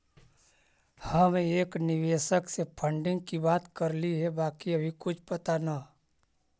हम एक निवेशक से फंडिंग की बात करली हे बाकी अभी कुछ पता न